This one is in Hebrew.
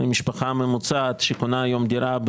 למשפחה ממוצעת שקונה היום דירה,